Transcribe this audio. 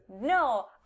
No